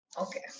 Okay